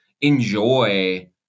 enjoy